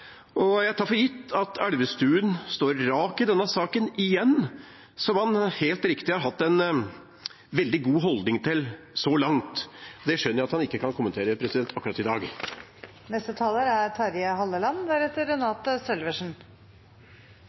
og jeg tar for gitt at Elvestuen står rak i denne saken igjen, som han helt riktig har hatt en veldig god holdning til så langt. Det skjønner jeg at han ikke kan kommentere akkurat i dag.